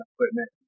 equipment